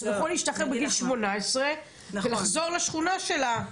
הוא יכול להשתחרר בגיל 18 ולחזור לשכונה שלה.